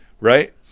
Right